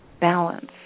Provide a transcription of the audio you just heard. balance